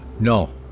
no